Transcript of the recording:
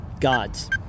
Gods